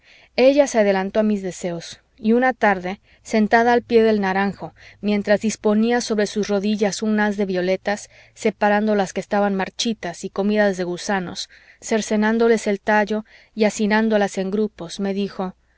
ella se adelantó a mis deseos y una tarde sentada al pie del naranjo mientras disponía sobre sus rodillas un haz de violetas separando las que estaban marchitas y comidas de gusanos cercenándoles el tallo y hacinándolas en grupos me dijo